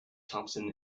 thompson